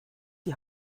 die